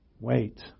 wait